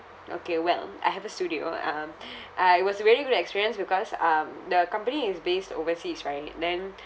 okay well I have a Sudio um uh it was really good experience because um the company is based overseas right then